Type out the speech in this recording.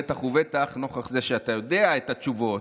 בטח ובטח נוכח זה שאתה יודע את התשובות.